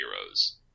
heroes